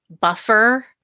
buffer